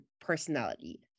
personality